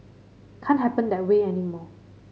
can't happen that way anymore